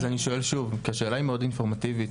השאלה היא מאוד אינפורמטיבית,